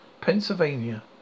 Pennsylvania